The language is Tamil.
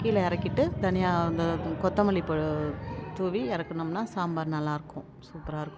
கீழே இறக்கிட்டு தனியாக அந்த கொத்தமல்லி தூவி இறக்குனோம்னா சாம்பார் நல்லாயிருக்கும் சூப்பராக இருக்கும்